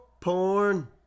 porn